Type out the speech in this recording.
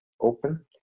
open